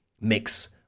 mix